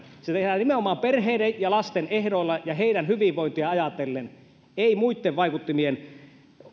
se tehdään nimenomaan perheiden ja lasten ehdoilla ja heidän hyvinvointiaan ajatellen ei muitten vaikuttimien